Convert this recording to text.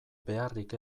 beharrik